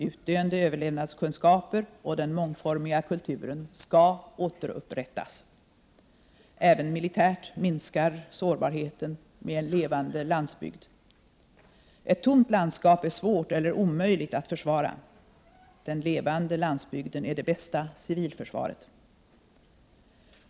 Utdöende överlevnadskunskaper och den mångformiga kulturen skall återupprättas. Även militärt minskar sårbarheten med en levande landsbygd. Ett tomt landskap är svårt eller omöjligt att försvara. Den levande landsbygden är det bästa civilförsvaret.